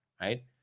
right